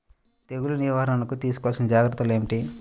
తెగులు నివారణకు తీసుకోవలసిన జాగ్రత్తలు ఏమిటీ?